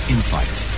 Insights